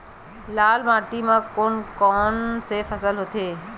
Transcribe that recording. लाल माटी म कोन कौन से फसल होथे?